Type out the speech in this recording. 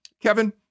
Kevin